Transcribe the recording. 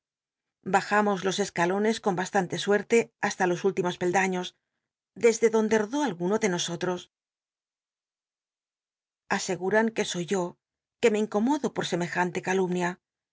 bajamos lo escalones con bastanle suerte hasta los últimos peltlaiios desde donde rodó alguno ele nosotros asegman que oy yo que me incomodo por uc es semejante calumnia